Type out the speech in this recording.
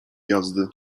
jazdy